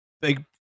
big